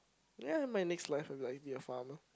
ya my next life likely a farmer